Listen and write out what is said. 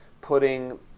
putting